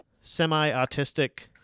semi-autistic